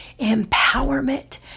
empowerment